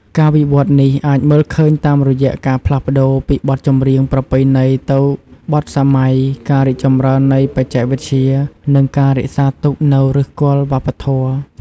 ការវិវត្តន៍នេះអាចមើលឃើញតាមរយៈការផ្លាស់ប្តូរពីបទចម្រៀងប្រពៃណីទៅបទសម័យ ការរីកចម្រើននៃបច្ចេកវិទ្យា និងការរក្សាទុកនូវឫសគល់វប្បធម៌។